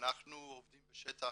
אנחנו עובדים בשטח